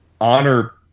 Honor